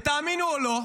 ותאמינו או לא,